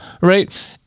right